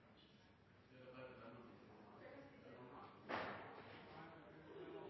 en